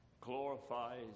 glorifies